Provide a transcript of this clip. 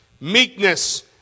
meekness